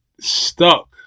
stuck